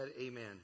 amen